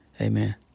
Amen